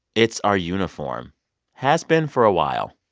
it's our uniform has been for a while.